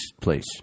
place